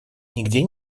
нигде